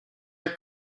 are